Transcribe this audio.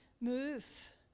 move